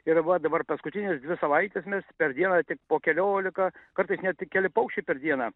ir va dabar paskutinės dvi savaites mes per dieną tik po keliolika kartais net keli paukščiai per dieną